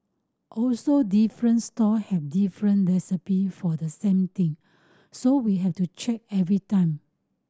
also different stall have different recipe for the same thing so we have to check every time